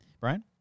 Brian